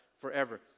forever